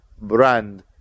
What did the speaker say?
brand